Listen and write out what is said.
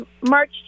March